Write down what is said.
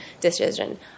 decision